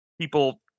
people